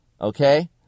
Okay